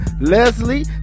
Leslie